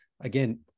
again